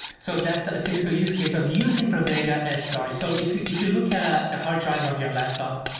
so that's a typical use case of using pravega as storage. so if if you look at at the hard drive of your laptop,